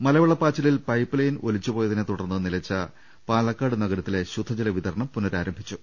മലവെള്ളപ്പാച്ചിലിൽ pipe line ഒലിച്ചുപോയ തിനെത്തുടർന്ന് നിലച്ച പാലക്കാട് നഗരത്തിലെ ശുദ്ധ ജല വിതരണം പുനരാരംഭിച്ചു